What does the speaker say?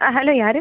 ஆ hello யார்